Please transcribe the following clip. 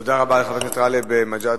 תודה רבה לחבר הכנסת גאלב מג'אדלה.